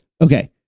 okay